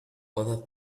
other